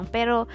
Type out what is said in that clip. Pero